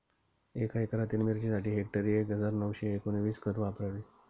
एका एकरातील मिरचीसाठी हेक्टरी एक हजार नऊशे एकोणवीस खत वापरावे